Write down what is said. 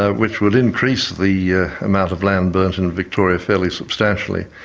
ah which would increase the yeah amount of land burnt in victoria fairly substantially.